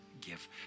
give